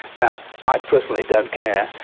now i personally don't care,